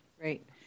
Great